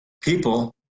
people